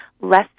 less